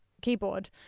keyboard